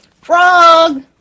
frog